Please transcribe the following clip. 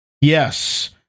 Yes